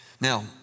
Now